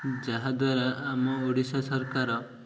ଯାହାଦ୍ୱାରା ଆମ ଓଡ଼ିଶା ସରକାର